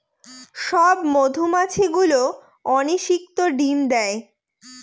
সব মধুমাছি গুলো অনিষিক্ত ডিম দেয়